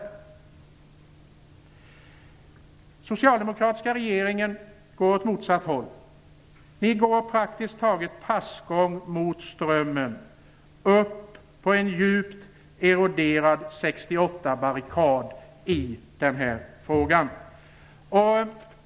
Den socialdemokratiska regeringen går åt motsatt håll. Ni går praktiskt taget passgång mot strömmen, upp på en djupt eroderad 68-barrikad i den här frågan.